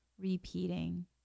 repeating